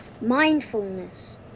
mindfulness